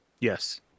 Yes